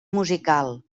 musical